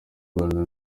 rwanda